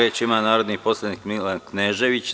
Reč ima narodni poslanik Milan Knežević.